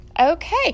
Okay